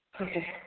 Okay